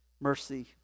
Mercy